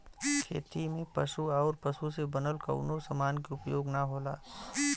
खेती में पशु आउर पशु से बनल कवनो समान के उपयोग ना होला